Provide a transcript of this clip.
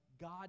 God